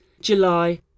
July